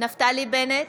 נפתלי בנט,